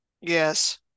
yes